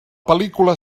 pel·lícula